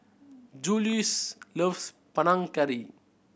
Juluis loves Panang Curry